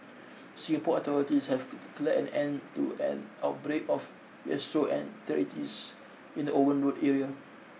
Singapore authorities have declared an end to an outbreak of gastroenteritis in the Owen Road area